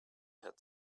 had